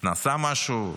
נעשה משהו?